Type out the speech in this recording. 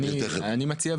אני מציע,